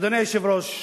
אדוני היושב-ראש,